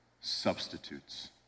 substitutes